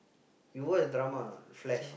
you watch drama or not Flash